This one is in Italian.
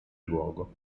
luogo